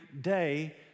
day